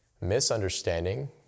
misunderstanding